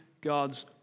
God's